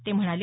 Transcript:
ते म्हणाले